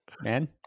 man